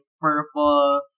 purple